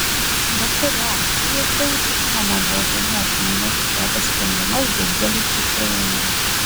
bet kuriuo atveju tai žinoma buvo ganėtinai netikėtas sprendimas daugeliui ukrainoje